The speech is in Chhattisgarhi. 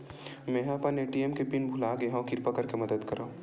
मेंहा अपन ए.टी.एम के पिन भुला गए हव, किरपा करके मदद करव